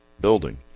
building